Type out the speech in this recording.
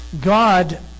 God